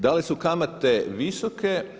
Da li su kamate visoke?